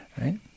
right